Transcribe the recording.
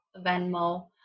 Venmo